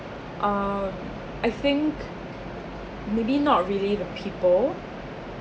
uh I think maybe not really the people